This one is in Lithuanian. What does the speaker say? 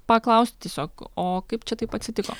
paklausti tiesiog o kaip čia taip nutiko